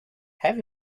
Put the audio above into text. have